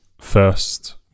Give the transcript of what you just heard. first